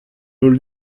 holl